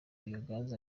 biogaz